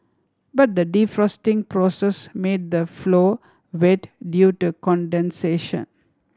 but the defrosting process made the floor wet due to condensation